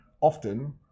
Often